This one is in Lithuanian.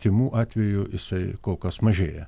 tymų atvejų jisai kol kas mažėja